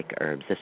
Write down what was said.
herbs